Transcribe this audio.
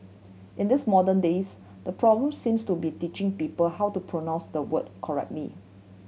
in this modern days the problem seems to be teaching people how to pronounce the word correctly